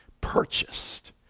purchased